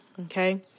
okay